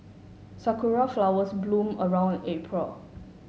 sakura flowers bloom around April